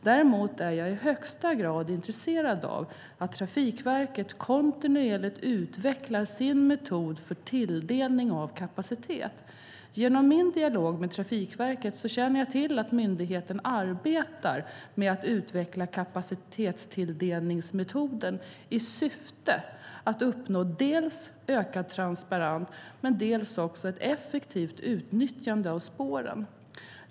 Däremot är jag i högsta grad intresserad av att Trafikverket kontinuerligt utvecklar sin metod för tilldelning av kapacitet. Genom min dialog med Trafikverket känner jag till att myndigheten arbetar med att utveckla kapacitetstilldelningsmetoden i syfte att uppnå dels ökad transparens, dels ett effektivt utnyttjande av spåren.